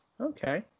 Okay